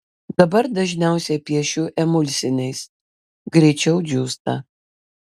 dabar dažniausiai piešiu emulsiniais greičiau džiūsta